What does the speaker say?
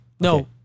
No